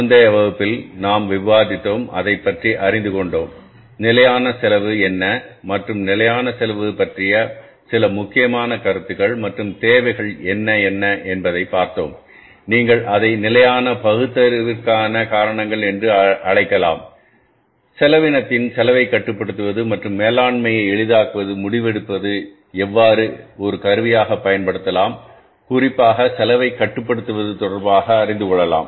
முந்தைய வகுப்பில் நாம் விவாதித்தோம் அதைப் பற்றி அறிந்து கொண்டோம் நிலையான செலவு என்ன மற்றும் நிலையான செலவு பற்றிய சில முக்கியமான கருத்துக்கள் மற்றும் தேவைகள் என்ன என்ன என்பதை பார்த்தோம் நீங்கள் அதை நிலையானபகுத்தறிவுக்கான காரணங்கள் என்று அழைக்கலாம் செலவினத்தின் செலவைக் கட்டுப்படுத்துவது மற்றும் மேலாண்மை எளிதாக்குவது முடிவெடுப்பதை எவ்வாறு ஒரு கருவியாகப் பயன்படுத்தப்படலாம் குறிப்பாக செலவைக் கட்டுப்படுத்துவது தொடர்பாக அறிந்து கொள்ளலாம்